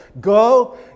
Go